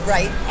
Right